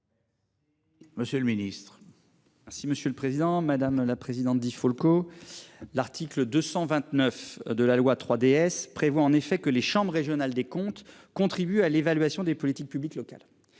Monsieur le Ministre. Merci monsieur le président, madame la présidente Di Folco. L'article 229 de la loi 3DS prévoit en effet que les chambres régionales des comptes contribue à l'évaluation des politiques publiques locales,